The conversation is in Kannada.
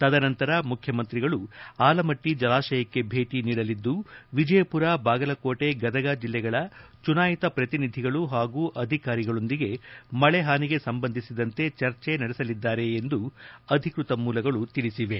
ತದನಂತರ ಮುಖ್ಯಮಂತ್ರಿಗಳು ಆಲಮಟ್ಟಿ ಜಲಾಶಯಕ್ಕೆ ಭೇಟಿ ನೀಡಲಿದ್ದು ವಿಜಯಪುರ ಬಾಗಲಕೋಟೆ ಗದಗ ಜಿಲ್ಲೆಗಳ ಚುನಾಯಿತ ಪ್ರತಿನಿಧಿಗಳು ಹಾಗೂ ಅಧಿಕಾರಿಗಳೊಂದಿಗೆ ಮಳೆ ಹಾನಿಗೆ ಸಂಬಂಧಿಸಿದಂತೆ ಚರ್ಚೆ ನಡೆಸಲಿದ್ದಾರೆ ಎಂದು ಅಧಿಕೃತ ಮೂಲಗಳು ತಿಳಿಸಿವೆ